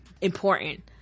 important